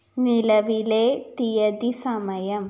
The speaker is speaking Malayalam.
നിലവിലെ തീയതി സമയം